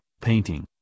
painting